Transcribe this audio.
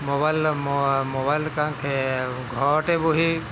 mobile mobile কাৰণ ঘৰতে বহি